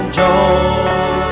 joy